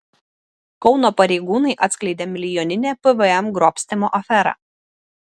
kauno pareigūnai atskleidė milijoninę pvm grobstymo aferą